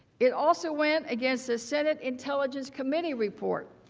it also went against the senate intelligence committee report,